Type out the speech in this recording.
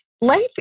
life